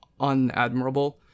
unadmirable